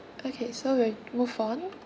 okay so we'll move on